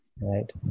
Right